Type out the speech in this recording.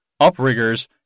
upriggers